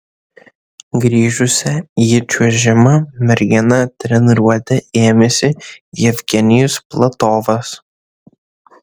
grįžusią į čiuožimą merginą treniruoti ėmėsi jevgenijus platovas